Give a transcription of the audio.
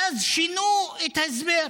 ואז שינו את ההסבר,